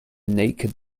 naked